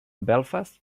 belfast